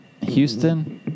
Houston